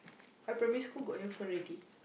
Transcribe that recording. I primary school got handphone already